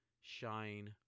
shine